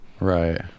Right